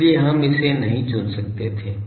इसलिए हम इसे नहीं चुन सकते थे